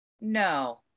No